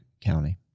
County